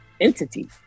entity